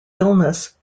illness